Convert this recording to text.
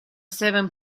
seven